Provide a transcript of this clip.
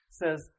says